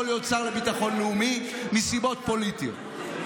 להיות שר לביטחון לאומי מסיבות פוליטיות.